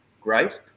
great